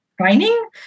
training